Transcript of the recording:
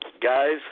Guys